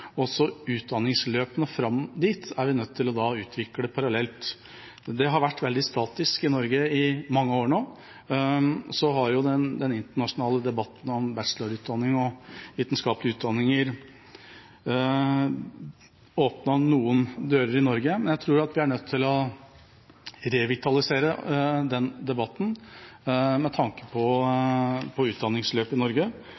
utdanningsløpene fram dit er vi nødt til å utvikle parallelt. Det har vært veldig statisk i Norge i mange år nå. Den internasjonale debatten om bachelorutdanning og vitenskapelige utdanninger åpnet noen dører i Norge, men jeg tror vi er nødt til å revitalisere den debatten med tanke på utdanningsløp i Norge,